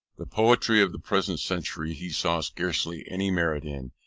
the poetry of the present century he saw scarcely any merit in,